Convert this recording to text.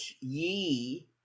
ye